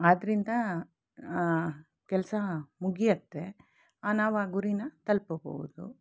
ಆದ್ದರಿಂದ ಕೆಲಸ ಮುಗಿಯುತ್ತೆ ಆ ನಾವು ಆ ಗುರಿನ ತಲ್ಪಬೋದು